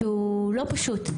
שהוא לא פשוט.